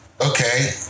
okay